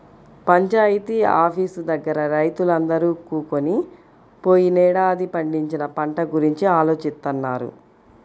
panchayat office దగ్గర రైతులందరూ కూకొని పోయినేడాది పండించిన పంట గురించి ఆలోచిత్తన్నారు